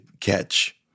catch